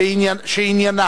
שעניינה